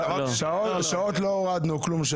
בשעות לא הורדנו .